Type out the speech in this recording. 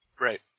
Right